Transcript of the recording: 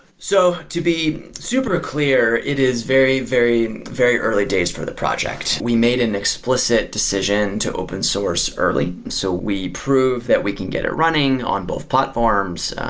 so, to be super clear, it is very, very, very early days for the project. we made an explicit decision to open source early. so, we prove that we can get it running on both platforms.